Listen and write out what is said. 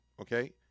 Okay